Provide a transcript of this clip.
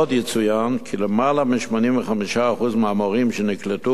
עוד יצוין כי למעלה מ-85% מהמורים שנקלטו